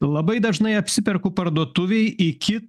labai dažnai apsiperku parduotuvėj iki